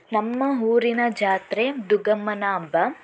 ನಮ್ಮ ಊರಿನ ಜಾತ್ರೆ ದುರ್ಗಮ್ಮನ ಹಬ್ಬ